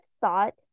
thought